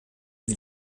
die